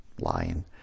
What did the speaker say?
lying